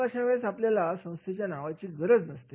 मग यावेळेस आपल्याला संस्थेच्या नावाची गरज नसते